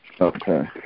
Okay